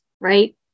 right